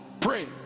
pray